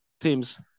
teams